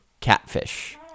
catfish